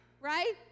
right